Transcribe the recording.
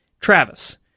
Travis